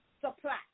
supply